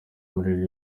muri